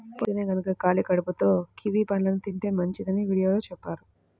పొద్దన్నే గనక ఖాళీ కడుపుతో కివీ పండుని తింటే మంచిదని వీడియోలో చెప్పారు